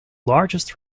largest